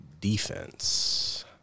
Defense